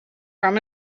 from